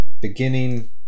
beginning